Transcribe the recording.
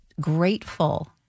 grateful